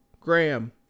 Graham